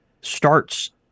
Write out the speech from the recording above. starts